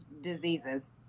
diseases